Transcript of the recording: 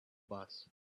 bus